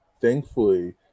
Thankfully